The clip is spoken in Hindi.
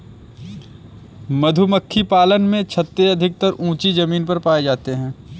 मधुमक्खी पालन में छत्ते अधिकतर ऊँची जमीन पर पाए जाते हैं